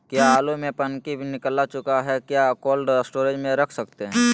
क्या आलु में पनकी निकला चुका हा क्या कोल्ड स्टोरेज में रख सकते हैं?